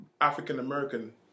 African-American